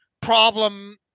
problem